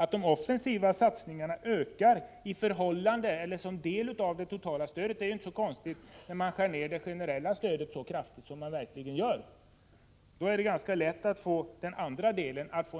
Att de offensiva satsningarna ökar som del av det totala stödet är inte så konstigt, när man skär ned det generella stödet så kraftigt som man verkligen gör. Då är det ganska lätt hänt att denna andel